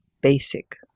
basic